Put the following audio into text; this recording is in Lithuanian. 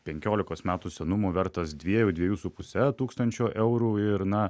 penkiolikos metų senumo vertas dviejų dviejų su puse tūkstančio eurų ir na